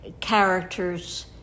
characters